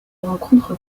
rencontre